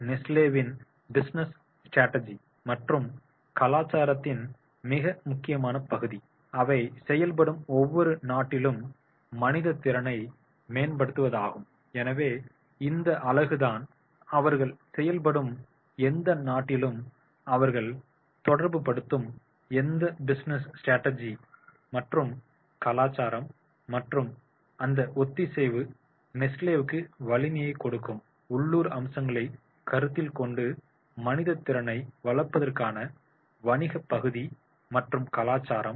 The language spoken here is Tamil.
நெஸ்லேவின் பிசினஸ் ஸ்ட்ராட்டஜி மற்றும் கலாச்சாரத்தின் மிக முக்கியமான பகுதி அவை செயல்படும் ஒவ்வொரு நாட்டிலும் மனித திறனை மேம்படுத்துவதாகும் எனவே இந்த அழகுதான் அவர்கள் செயல்படும் எந்த நாட்டிலும் அவர்கள் தொடர்புபடுத்தும் எந்த பிசினஸ் ஸ்ட்ராட்டஜி மற்றும் கலாச்சாரம் மற்றும் அந்த ஒத்திசைவு நெஸ்லேவுக்கு வலிமையைக் கொடுக்கும் உள்ளூர் அம்சங்களைக் கருத்தில் கொண்டு மனித திறனை வளர்ப்பதற்கான வணிகப் பகுதி மற்றும் கலாச்சாரம்